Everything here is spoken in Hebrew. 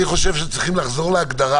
אני חושב שצריכים לחזור להגדרה